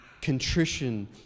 contrition